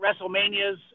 WrestleManias